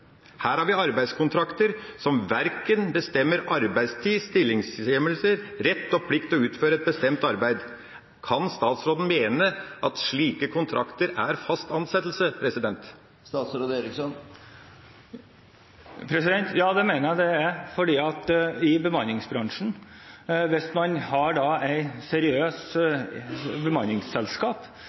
Her har vi arbeidskontrakter som verken bestemmer arbeidstid, stillingsstørrelse eller rett og plikt til å utføre et bestemt arbeid. Kan statsråden mene at slike kontrakter er fast ansettelse? Ja, det mener jeg de er, for i bemanningsbransjen – hvis man har et seriøst bemanningsselskap